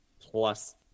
Plus